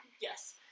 Yes